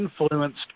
influenced